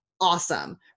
Awesome